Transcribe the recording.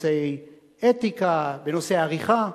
בנושא אתיקה, בנושא עריכה.